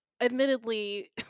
admittedly